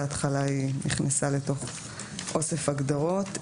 בהתחלה היא נכנסה לתוך אוסף הגדרות.